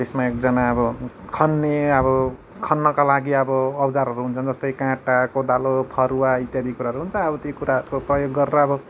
त्यसमा एकजाना अब खन्ने अब खन्नका लागि अब औजारहरू हुन्छन् जस्तै काँटा कोदालो फरुवा इत्यादि कुराहरू हुन्छ ती कुरा प्रयोग गरेर अब